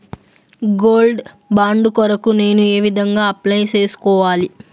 Gold bond కొరకు నేను ఏ విధంగా అప్లై సేసుకోవాలి?